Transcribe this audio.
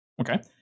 Okay